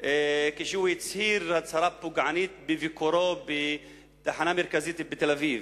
כשהצהיר הצהרה פוגענית בביקורו בתחנה המרכזית בתל-אביב.